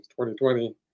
2020